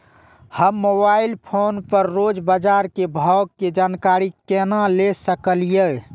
हम mobile phone पर रोज बाजार के भाव के जानकारी केना ले सकलिये?